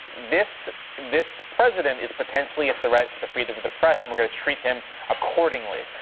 this this president is potentially a threat to the freedom of the press, and we're going to treat him accordingly.